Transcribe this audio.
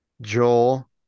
Joel